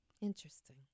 Interesting